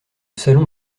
salon